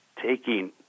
taking